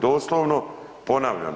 Doslovno ponavljam.